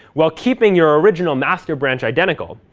while keeping your original master branch identical.